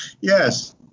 yes